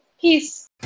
peace